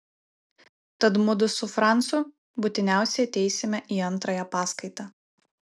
tad mudu su francu būtiniausiai ateisime į antrąją paskaitą